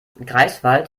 greifswald